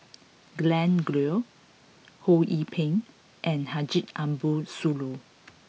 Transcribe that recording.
Glen Goei Ho Yee Ping and Haji Ambo Sooloh